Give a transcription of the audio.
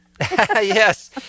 Yes